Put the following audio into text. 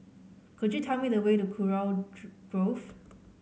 could you tell me the way to Kurau Grove